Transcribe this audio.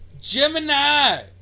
Gemini